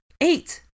Eight